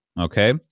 okay